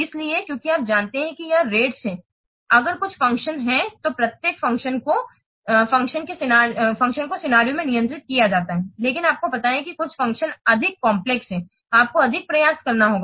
इसलिए क्योंकि आप जानते हैं कि यह रेट्स हैअगर कुछ फ़ंक्शन हैं तो प्रत्येक फ़ंक्शन को सकनेरिओ में नियंत्रित किया जाता है लेकिन आपको पता है कि कुछ फ़ंक्शन अधिक जटिल हैं आपको अधिक प्रयास करना होगा